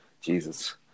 Jesus